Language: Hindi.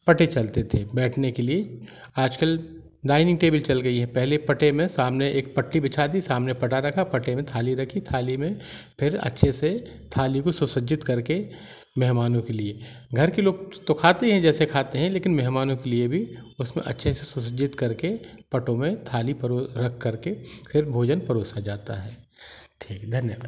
पटे चलाते थे बैठने के लिए आज कल डायनिंग टेबल चल गई है पहले पटे में सामने एक पट्टी बिछा दी सामने पटा रखा पटे में थाली रखी थाली में फिर अच्छे से थाली को सुसज्जित करके मेहमानों के लिए घर के लोग तो खाते हैं जैसे खाते हैं लेकिन मेहमानों के लिए भी उसमे अच्छे से सुसज्जित करके पटों में थाली रख कर के फिर भोजन परोसा जाता है ठीक है धन्यवाद